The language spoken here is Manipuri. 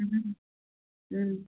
ꯎꯝ